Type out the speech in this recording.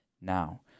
Now